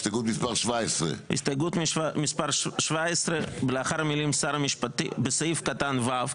הסתייגות מספר 17. הסתייגות מספר 17. בסעיף קטן (ו).